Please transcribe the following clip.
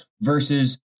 versus